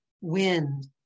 wind